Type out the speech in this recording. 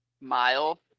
mile